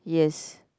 yes